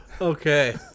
Okay